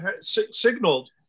signaled